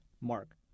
mark